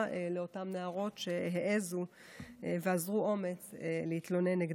לאותן נערות שהעזו ואזרו אומץ להתלונן נגדם.